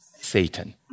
Satan